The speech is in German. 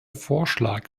vorschlag